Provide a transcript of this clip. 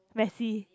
messy